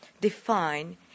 define